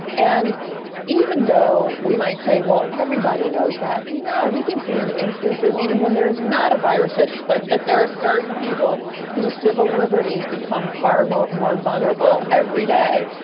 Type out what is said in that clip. and even though we might say, well, everybody knows that, no, we can see in instances, even when there is not a virus and there are certain people whose civil liberties become far more, more vulnerable every day.